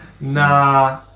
Nah